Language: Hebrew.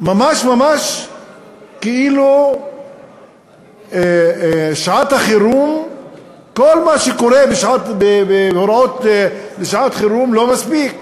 ממש ממש כאילו שעת החירום כל מה שקורה בהוראות לשעת-חירום לא מספיק,